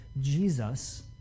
Jesus